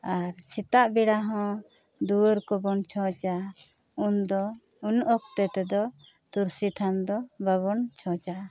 ᱟᱨ ᱥᱮᱛᱟᱜ ᱵᱮᱲᱟ ᱦᱚᱸ ᱫᱩᱣᱟᱹᱨ ᱠᱚᱵᱚᱱ ᱪᱷᱚᱸᱪᱟ ᱩᱱ ᱫᱚ ᱩᱱ ᱚᱠᱛᱮ ᱛᱮᱫᱚ ᱛᱩᱞᱥᱤ ᱛᱷᱟᱱ ᱫᱚ ᱵᱟᱵᱚᱱ ᱪᱷᱚᱸᱪᱟ